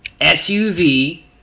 suv